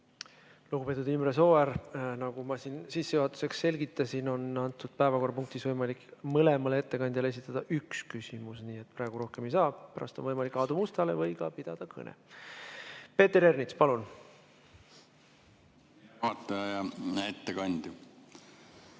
Lugupeetud Imre Sooäär! Nagu ma sissejuhatuseks selgitasin, on antud päevakorrapunktis võimalik mõlemale ettekandjale esitada üks küsimus, nii et praegu rohkem ei saa. Pärast on võimalik Aadu Mustale esitada või ka pidada kõne. Peeter Ernits, palun! Lugupeetud